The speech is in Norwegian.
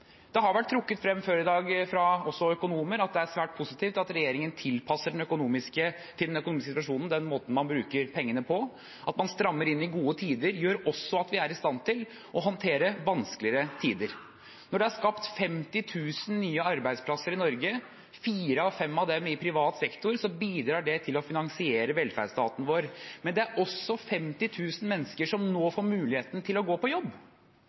Det har vært trukket frem før i dag, også fra økonomer, at det er svært positivt at regjeringen tilpasser måten den bruker pengene på, til den økonomiske situasjonen. At man strammer inn i gode tider, gjør at vi er i stand til å håndtere vanskeligere tider. Når det er skapt 50 000 nye arbeidsplasser i Norge, fire av fem av disse i privat sektor, bidrar det til å finansiere velferdsstaten vår. Men det er også 50 000 mennesker som nå får muligheten til å gå på jobb.